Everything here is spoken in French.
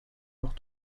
leur